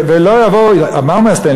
מה אומר סטנלי